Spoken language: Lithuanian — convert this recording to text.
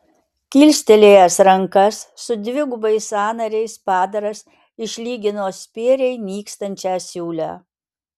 kilstelėjęs rankas su dvigubais sąnariais padaras išlygino spėriai nykstančią siūlę